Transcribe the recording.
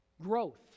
Growth